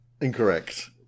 Incorrect